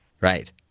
right